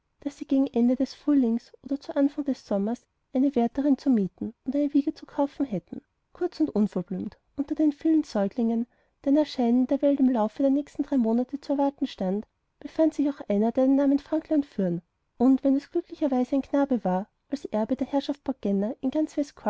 daß sie gegen das ende des frühlings oder zu anfang des sommers eine wärterin zu mieten und eine wiege zu kaufen hätten kurz und unverblümt unter den vielen säuglingen deren erscheinen in der welt im laufe der nächsten drei monate zu erwarten stand befand sich auch einer der den namen frankland führen und wenn es glücklicherweise ein knabe war als erbe der herrschaft porthgenna in